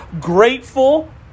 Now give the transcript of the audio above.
grateful